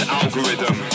algorithm